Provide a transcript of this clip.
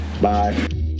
Bye